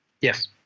Yes